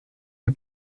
der